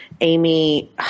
Amy